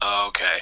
okay